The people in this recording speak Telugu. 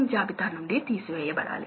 కాబట్టి ఇదంతా ఈ డ్రైవ్లు ఇస్తాయి